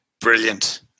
Brilliant